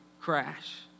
crash